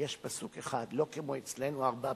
יש פסוק אחד, לא כמו אצלנו, ארבע פרשיות.